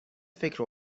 فکر